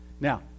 now